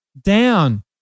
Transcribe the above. down